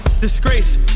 disgrace